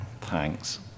Thanks